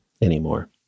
anymore